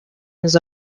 his